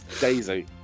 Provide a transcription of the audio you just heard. Daisy